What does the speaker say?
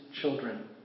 children